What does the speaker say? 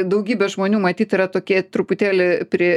daugybė žmonių matyt yra tokie truputėlį prie